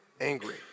angry